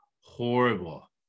horrible